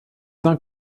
d’un